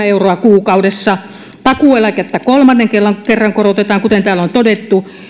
euroa kuukaudessa takuueläkettä kolmannen kerran korotetaan kuten täällä on todettu